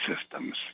systems